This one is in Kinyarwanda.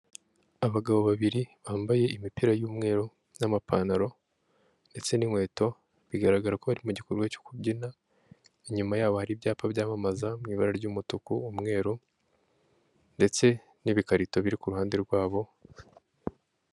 Abagabo babiri bambaye imipira y'umweru n'amapantaro ndetse n'inkweto bigaragara ko bari mu gikorwa cyo kubyina, inyuma yabo hari ibyapa byamamaza mu ibara ry'umutuku umweru ndetse n'ibikarito biri ku ruhande rwabo.